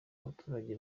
abaturage